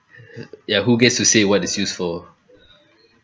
ya who gets to say what it's used for